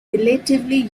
relatively